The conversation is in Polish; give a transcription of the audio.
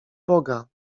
boga